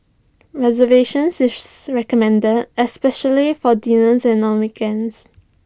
reservations is recommended especially for dinners and on weekends